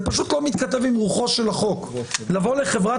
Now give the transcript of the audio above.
זה פשוט לא מתכתב עם רוחו של החוק לבוא לחברת